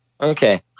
Okay